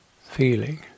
feeling